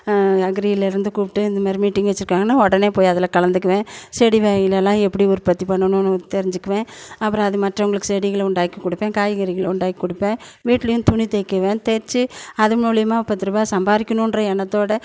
அக்ரியில் இருந்து கூப்பிட்டு இந்தமாரி மீட்டிங் வெச்சுருக்காங்கன்னா உடனே போய் அதில் கலந்துக்குவேன் செடி வகைகளெல்லாம் எப்படி உற்பத்தி பண்ணணும்னு தெரிஞ்சுக்குவேன் அப்பறம் அது மற்றவங்களுக் செடிகளை உண்டாக்கி கொடுப்பேன் காய்கறிகள் உண்டாக்கி கொடுப்பேன் வீட்லேயும் துணி தைக்குவேன் தைச்சி அது மூலியமா பத்துரூபா சம்பாதிக்கணுன்ற எண்ணத்தோடு